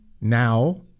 now